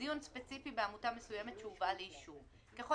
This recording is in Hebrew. III דיון ספציפי בעמותה מסוימת שהובאה לאישור 9. ככל